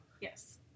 Yes